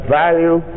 value